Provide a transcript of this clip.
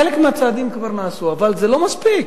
חלק מהצעדים כבר נעשו, אבל זה לא מספיק.